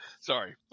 Sorry